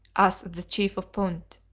asked the chief of punt.